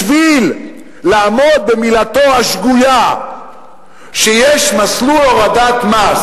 בשביל לעמוד במילתו השגויה שיש מסלול הורדת מס